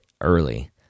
early